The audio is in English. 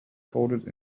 coded